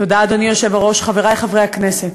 אדוני היושב-ראש, תודה, חברי חברי הכנסת,